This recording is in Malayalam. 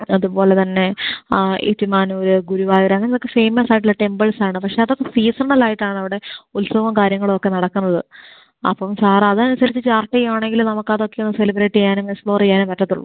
അതുപോലെ തന്നെ ഏറ്റുമാനൂർ ഗുരുവായൂർ അങ്ങനെ ഒക്കെ ഫേമസ് ആയിട്ടുള്ള ടെമ്പിൾസാണ് പക്ഷെ അതും സീസണൽ ആയിട്ടാണ് അവിടെ ഉത്സവവും കാര്യങ്ങളുമൊക്കെ നടക്കുന്നത് അപ്പം സാർ അത് അനുസരിച്ച് ചാർട്ട് ചെയ്യുകയാണെങ്കിൽ നമുക്ക് അതൊക്കെ ഒന്ന് സെലിബ്രേറ്റ് ചെയ്യാനും എക്സ്പ്ലോറ് ചെയ്യാനും പറ്റുകയുള്ളൂ